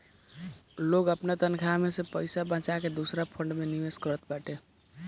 लोग अपनी तनखा में से पईसा बचाई के दूसरी फंड में निवेश करत बाटे